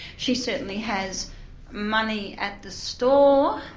she certainly has money at the store,